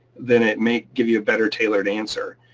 then it may give you a better tailored answer.